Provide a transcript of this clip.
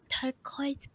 turquoise